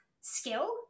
skill